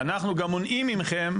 ואנחנו גם מונעים מכם,